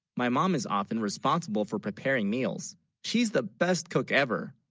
my mom is often responsible for preparing, meals she's the best cook ever